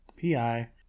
pi